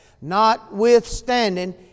notwithstanding